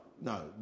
no